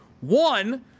One